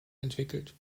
entwickelt